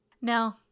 No